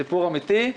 סיפור אמיתי.